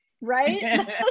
right